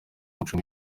umuco